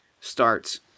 starts